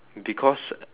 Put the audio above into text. because